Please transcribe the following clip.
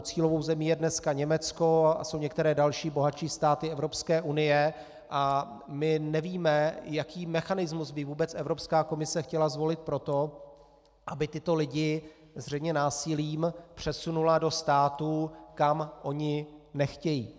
Cílovou zemí je dneska Německo a asi některé další bohatší státy Evropské unie a my nevíme, jaký mechanismus by vůbec Evropská komise chtěla zvolit pro to, aby tyto lidi zřejmě násilím přesunula do států, kam oni nechtějí.